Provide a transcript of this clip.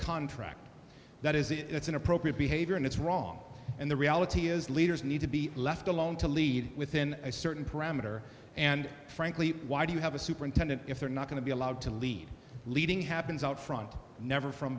contract that is it it's inappropriate behavior and it's wrong and the reality is leaders need to be left alone to lead within a certain parameter and frankly why do you have a superintendent if they're not going to be allowed to lead leading happens out front never from